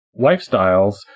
lifestyles